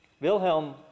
Wilhelm